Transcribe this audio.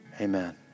Amen